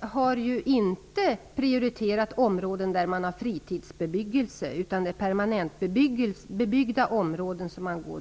har man inte prioriterat områden där det finns fritidsbebyggelse. Man går direkt på permanentbebyggda områden.